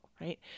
right